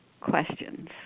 questions